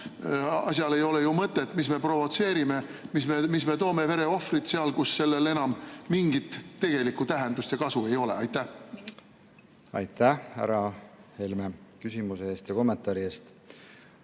asjal ei ole ju mõtet!? Mis me provotseerime, mis me toome vereohvrit seal, kus sellel mingit tegelikku tähendust ja kasu ei ole?! Aitäh, härra Helme, küsimuse eest ja kommentaari eest!